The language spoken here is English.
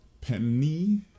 Penny